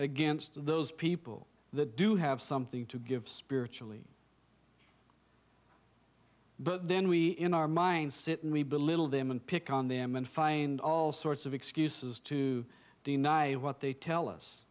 against those people that do have something to give spiritually but then we in our mind sit and we belittle them and pick on them and find all sorts of excuses to deny what they tell us